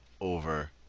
over